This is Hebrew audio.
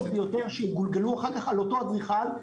ביותר שיגולגלו אחר-כך על אותו אדריכל.